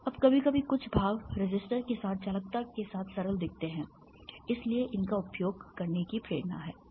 अब कभी कभी कुछ भाव रेसिस्टर के साथ चालकता के साथ सरल दिखते हैं इसलिए उनका उपयोग करने की प्रेरणा है